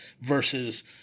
versus